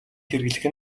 хэрэглэх